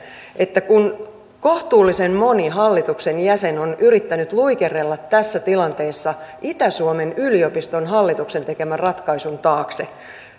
että kun kohtuullisen moni hallituksen jäsen on yrittänyt luikerrella tässä tilanteessa itä suomen yliopiston hallituksen tekemän ratkaisun taakse niin